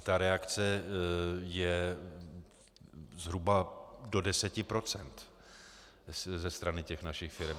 Ta reakce je zhruba do 10 procent ze strany našich firem.